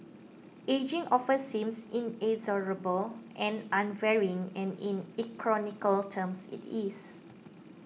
ageing often seems inexorable and unvarying and in E chronical terms it is